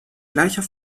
gleicher